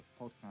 podcast